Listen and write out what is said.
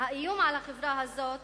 האיום על החברה הזאת